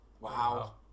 wow